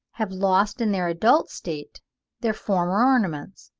have lost in their adult state their former ornaments?